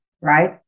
right